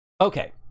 Okay